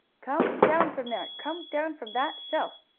come down from there! come down from that shelf!